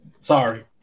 Sorry